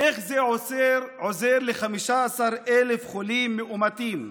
איך זה עוזר ל-15,000 חולים מאומתים?